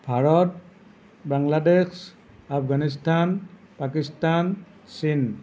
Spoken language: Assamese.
ভাৰত বাংলাদেশ আফগানিস্তান পাকিস্তান চীন